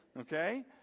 okay